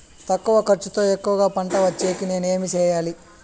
తక్కువ ఖర్చుతో ఎక్కువగా పంట వచ్చేకి నేను ఏమి చేయాలి?